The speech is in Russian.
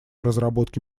разработке